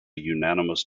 unanimous